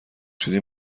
شدی